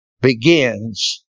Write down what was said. begins